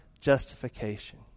justification